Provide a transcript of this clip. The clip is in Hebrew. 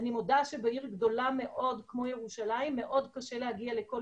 אני מודה שבעיר גדולה מאוד כמו בירושלים מאוד קשה להגיע לכל